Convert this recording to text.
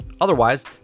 Otherwise